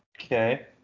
okay